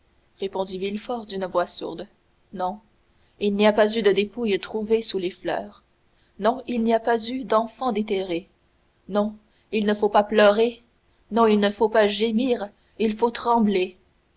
répondit villefort d'une voix sourde non il n'y a pas eu de dépouille trouvée sous les fleurs non il n'y a pas eu d'enfant déterré non il ne faut pas pleurer non il ne faut pas gémir il faut trembler